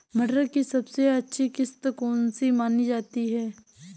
मटर की सबसे अच्छी किश्त कौन सी मानी जाती है?